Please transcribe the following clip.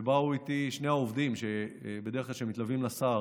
ובאו איתי שני העובדים שבדרך כלל מתלווים לשר,